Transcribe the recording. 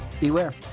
Beware